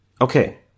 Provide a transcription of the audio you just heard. Okay